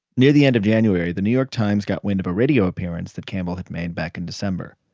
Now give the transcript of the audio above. near the end of january, the new york times got wind of a radio appearance that campbell had made back in december.